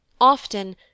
Often